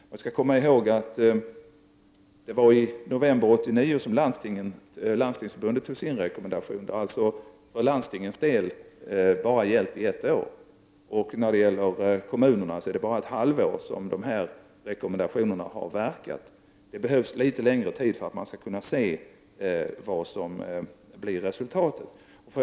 Man skall komma ihåg att det var i november 1989 som Landstingsförbundet utfärdade sin rekommendation. Den har alltså för landstingens del gällt endast i ett år, och för kommunerna har rekommendationerna endast verkat ett halvår. Man behöver litet längre tid för att kunna se vad som blir resultatet. Fru talman!